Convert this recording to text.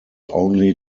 only